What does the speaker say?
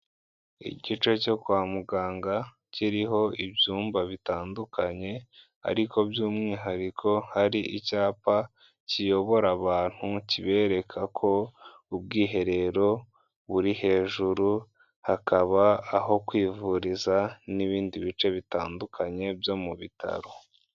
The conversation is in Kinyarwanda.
Igice cyo kwa muganga, kiriho ibyumba bitandukanye, ariko by'umwihariko hari icyapa kiyobora abantu, kibereka ko ubwiherero buri hejuru, hakaba aho kwivuriza n'ibindi bice bitandukanye byo mu bitaro.